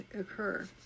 occur